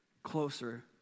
closer